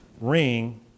ring